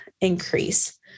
increase